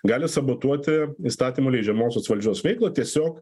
gali sabotuoti įstatymų leidžiamosios valdžios veikla tiesiog